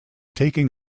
taking